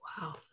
Wow